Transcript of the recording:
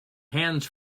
hands